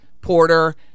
Porter